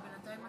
לכאורה, אנחנו